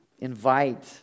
invite